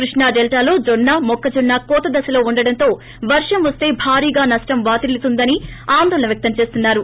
కృష్ణా డెల్లాలో జొన్న మొక్కజొన్న కోత దశలో ఉండటంతో వర్షం వస్తే భారీగా నష్టం వాటిల్లుతుందని ఆందోళన వ్యక్తం చేస్తున్నారు